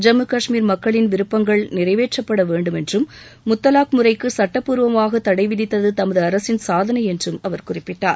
ஜம்மு கஷ்மீர் மக்களின் விருப்பங்கள் நிறைவேற்றப்படவேண்டும் என்றும் முத்தலாக் முறைக்கு சட்டப்பூர்வமாக தடை விதித்தது தமது அரசின் சாதனை என்றும் அவர் குறிப்பிட்டார்